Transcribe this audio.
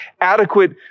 adequate